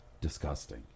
disgusting